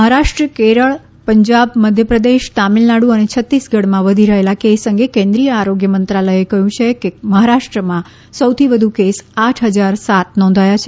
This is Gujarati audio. મહારાષ્ટ્ર કેરળ પંજાબ મધ્યપ્રદેશ તામિલનાડુ અને છત્તીસગઢમાં વધી રહેલા કેસ અંગે કેન્દ્રીય આરોગ્ય મંત્રાલયે કહ્યું કે મહારાષ્ટ્રમાં સૌથી વધુ કેસ આઠ હજાર સાત નોંધાયા છે